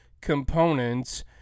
components